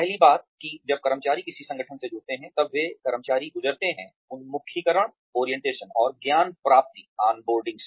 पहली बात कि जब कर्मचारी किसी संगठन से जुड़ते हैं तब वे कर्मचारी गुजरते हैं उन्मुखीकरण और ज्ञानप्राप्ति ऑन बोर्डिंग से